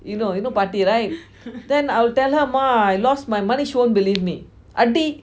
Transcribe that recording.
you know you know பாட்டி:paati right then I'll tell her ma I lost my money she won't believe me அடி:adi